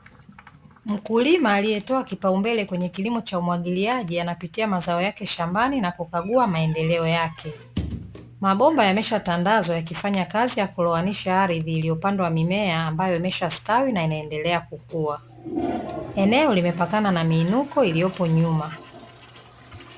Mkulima alietoa kipaumbele kwenye kilimo cha umwagiliaji anapitia mazao yake shambani na kukagua maendeleo yake. Mabomba yameshatandazwa yakifanya kazi ya kulowanisha ardhi ilipandwa mimea na ambayo imeshastwawi na inaendelea kukua. Eneo limepakana na miinuko iliyopo nyuma.